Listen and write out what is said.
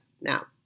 Now